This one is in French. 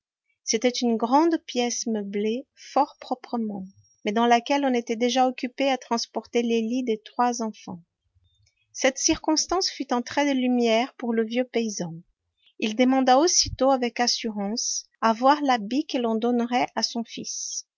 c'était une grande pièce meublée fort proprement mais dans laquelle on était déjà occupé à transporter les lits des trois enfants cette circonstance fut un trait de lumière pour le vieux paysan il demanda aussitôt avec assurance à voir l'habit que l'on donnerait à son fils